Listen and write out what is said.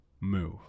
Move